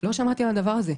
לא שמעתי על הדבר הזה.